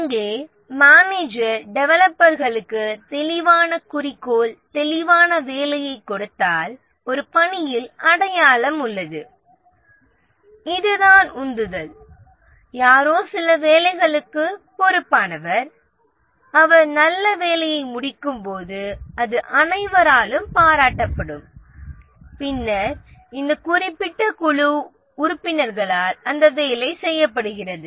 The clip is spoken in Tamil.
இங்கே மேனேஜர் டெவலப்பர்களுக்கு தெளிவான குறிக்கோள் தெளிவான வேலையைக் கொடுத்தால் ஒரு பணியில் அடையாளம் உள்ளது இதுதான் உந்துதல் யாரோ சில வேலைகளுக்குப் பொறுப்பானவர் அவர் நல்ல வேலையை முடிக்கும்போது அது அனைவராலும் பாராட்டப்படும் பின்னர் இந்த குறிப்பிட்ட குழு உறுப்பினர்களால் அந்த வேலை செய்யப்படுகிறது